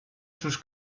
sus